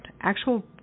Actual